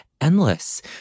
endless